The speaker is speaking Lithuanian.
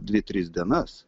dvi tris dienas